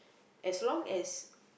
as long as